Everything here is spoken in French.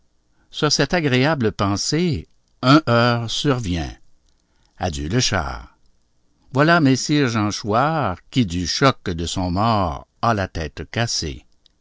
sur cette agréable pensée un heurt survient adieu le char voilà messire jean chouart qui du choc de son mort a la tête cassée